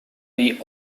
the